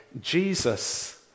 Jesus